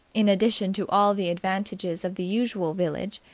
in addition to all the advantages of the usual village,